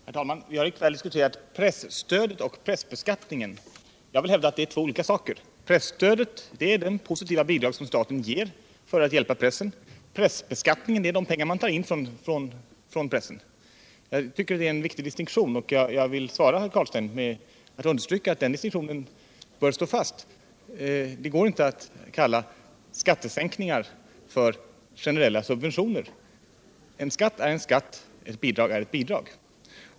Herr talman! Vi har i kväll diskuterat presstödet och pressbeskattningen. Jag vill hävda att det är två olika saker. Presstödet är det positiva bidrag som staten ger för att hjälpa pressen, medan pressbeskattningen är de pengar man tar in från pressen. Detta är, enligt min mening, en viktig distinktion, och jag vill svara herr Carlstein med att säga att den distinktionen bör stå fast. Det går inte att kalla skattesänkningar för generella subventioner. En skatt är en skatt och ett bidrag är ett bidrag.